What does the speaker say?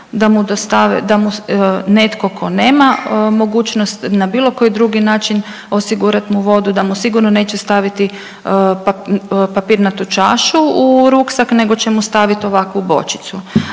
da mu netko tko nema mogućnost na bilo koji drugi način osigurat mu vodu da mu sigurno neće staviti papirnatu čašu u ruksak nego će mu stavit ovakvu bočicu.